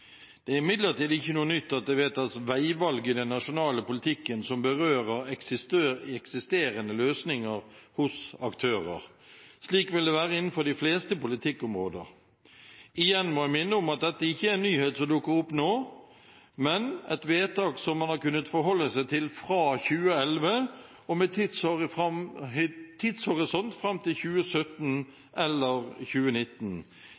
Det er imidlertid ikke noe nytt at det vedtas veivalg i den nasjonale politikken som berører eksisterende løsninger hos aktører. Slik vil det være innenfor de fleste politikkområder. Igjen må jeg minne om at dette ikke er en nyhet som dukker opp nå, men et vedtak som man har kunnet forholde seg til fra 2011, og med tidshorisont fram til 2017 eller 2019.